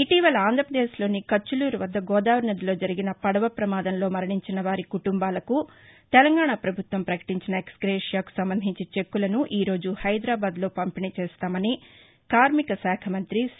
ఇటీవల ఆంర్రపదేక్లోని కచ్చులూరు వద్ద గోదావరి నదిలో జరిగిన పడవ ప్రమాదంలో మరణించిన వారి కుటుంబాలకు తెలంగాణ ప్రభుత్వం ప్రకటించిన ఎక్స్గ్రేషియాకు సంబంధించిన చెక్కులను ఈ రోజు హైదరాబాద్లో పంపిణీ చేస్తామని కార్శికశాఖ మంతి సి